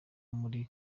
muri